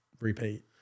repeat